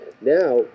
Now